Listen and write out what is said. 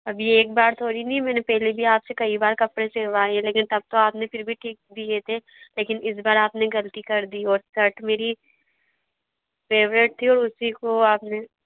अब ये एक बार थोड़ी नहीं मैंने पहले भी आपसे कई बार कपड़े सिलवाएं लेकिन तब तो आपने फिर भी ठीक दिए थे लेकिन इस बार आपने गलती कर दी और सर्ट मेरी फ़ेवरेट थी और उसी को आपने